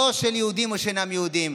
לא של יהודים או שאינם יהודים,